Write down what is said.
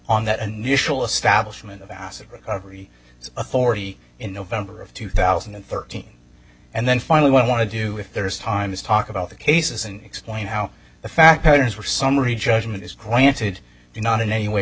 on that initial establishment of asset recovery authority in november of two thousand and thirteen and then finally what i want to do if there is time is talk about the cases and explain how the factors for summary judgment is granted do not in any way